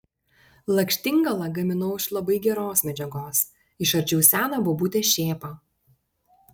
lakštingalą gaminau iš labai geros medžiagos išardžiau seną bobutės šėpą